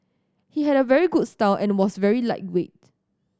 he had a very good style and was very lightweight